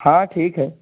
ہاں ٹھیک ہے